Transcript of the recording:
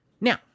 now